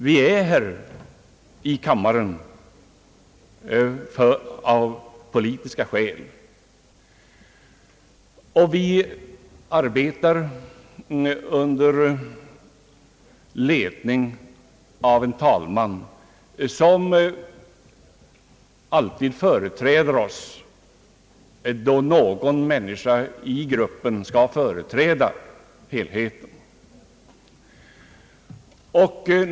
Vi är här i kammaren av politiska skäl, och vi arbetar under ledning av en talman, som alltid företräder oss då någon i gruppen skall företräda helheten.